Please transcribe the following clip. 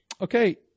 Okay